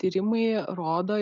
tyrimai rodo